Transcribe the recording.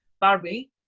Barbie